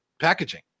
packaging